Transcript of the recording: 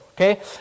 Okay